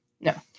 No